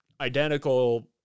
identical